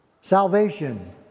Salvation